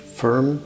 firm